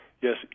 yes